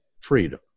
freedom